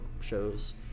shows